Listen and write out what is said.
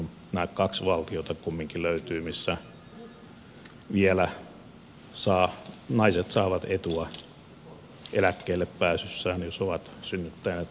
löytyy kumminkin nämä kaksi valtiota missä vielä naiset saavat etua eläkkeelle pääsyssään jos ovat synnyttäneet lapsia